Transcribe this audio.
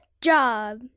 job